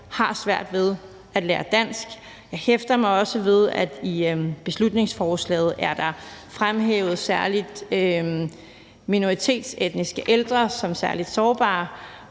har svært ved at lære dansk. Jeg hæfter mig også ved, at i beslutningsforslaget er særlig minoritetsetniske ældre fremhævet som særligt sårbare,